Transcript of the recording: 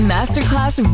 Masterclass